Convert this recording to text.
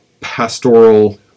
pastoral